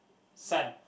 sun